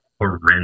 horrendous